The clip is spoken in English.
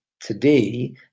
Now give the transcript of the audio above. today